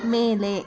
ಮೇಲೆ